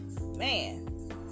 man